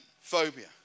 phobia